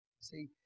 See